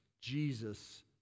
Jesus